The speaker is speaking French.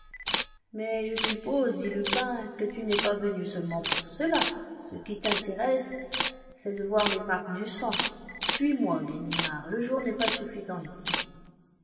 mais je suppose dit lupin que tu n'es pas venu seulement pour cela ce qui t'intéresse c'est de voir les marques du sang suis-moi ganimard le jour n'est pas suffisant ici